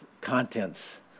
contents